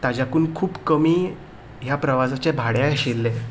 ताच्याकून खूब कमी ह्या प्रवासाचें भाडें आशिल्लें